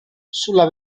sulla